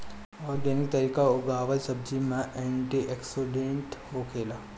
organic तरीका उगावल सब्जी में एंटी ओक्सिडेंट होखेला